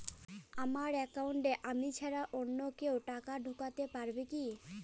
আমার একাউন্টে আমি ছাড়া অন্য কেউ টাকা ঢোকাতে পারবে কি?